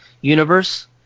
universe